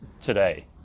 today